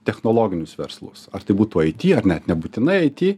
technologinius verslus ai tai būtų aity ar net nebūtinai aity